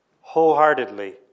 wholeheartedly